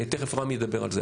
תיכף רם ידבר על זה.